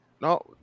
no